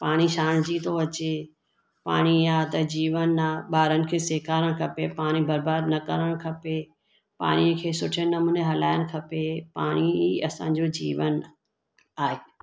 पाणी छाणजी थो अचे पाणी आहे त जीवन आहे ॿारनि खे सेखारनि खपे पाणी बरबाद न करणु खपे पाणी खे सुठे नमूने हलाइणु खपे पाणी असांजो जीवन आहे